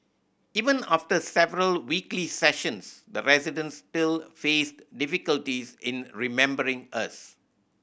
even after several weekly sessions the residents still faced difficulties in remembering us